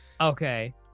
Okay